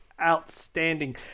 outstanding